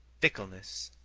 fickleness,